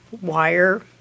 wire